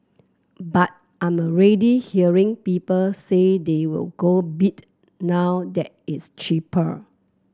but I'm already hearing people say they will go bid now that it's cheaper